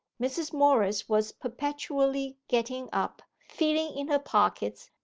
mrs. morris was perpetually getting up, feeling in her pockets,